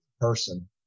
person